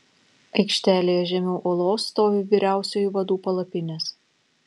aikštelėje žemiau olos stovi vyriausiųjų vadų palapinės